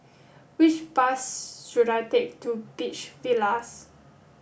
which bus should I take to Beach Villas